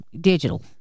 digital